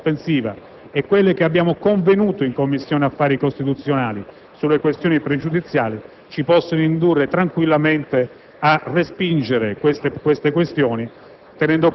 che possiamo concludere che il lavoro che abbiamo svolto in Commissione e che il collega Pastore ha voluto citare ci possa tranquillizzare. Le ragioni che ho espresso sulla sospensiva